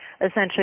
essentially